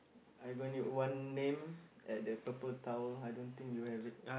I have only one name at the purple tower I don't think you have it